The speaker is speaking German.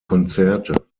konzerte